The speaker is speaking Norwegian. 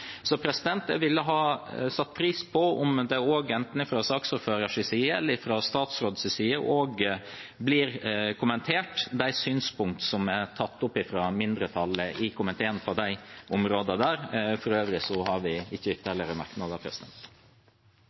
Så jeg ville ha satt pris på om de synspunktene som er tatt opp fra mindretallet i komiteen på de områdene, også ble kommentert enten fra saksordførerens eller statsrådens side. For øvrig har vi ikke ytterligere merknader.